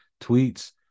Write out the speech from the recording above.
tweets